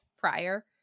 prior